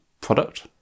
product